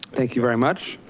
thank you very much.